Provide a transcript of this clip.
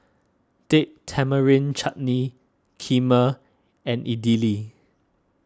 Date Tamarind Chutney Kheema and Idili